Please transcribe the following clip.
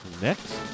Next